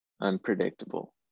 unpredictable